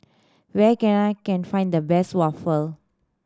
where can I can find the best waffle